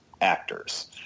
actors